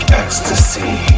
ecstasy